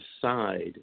decide